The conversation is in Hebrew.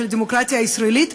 של הדמוקרטיה הישראלית,